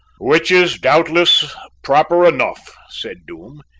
which is doubtless proper enough, said doom,